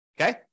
Okay